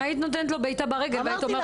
היית נותנת לו בעיטה ברגל והיית אומרת